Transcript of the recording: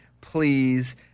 please